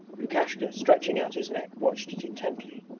lukashka stretching out his neck watched it intently.